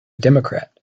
democrat